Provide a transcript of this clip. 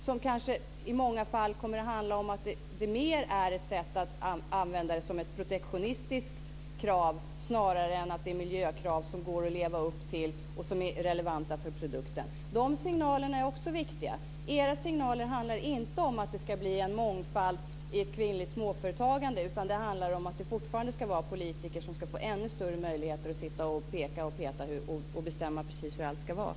Det kanske mer är protektionistiska krav än miljökrav som går att leva upp till och är relevanta för produkten. De signalerna är också viktiga. Era signaler handlar inte om att det ska bli en mångfald i ett kvinnligt småföretagande. Det ska fortfarande vara politiker som ska få ännu större möjligheter att sitta och peka, peta och bestämma precis hur allt ska vara.